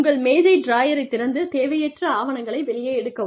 உங்கள் மேஜை டிராயரை திறந்து தேவையற்ற ஆவணங்களை வெளியே எடுக்கவும்